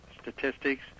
statistics